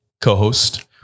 co-host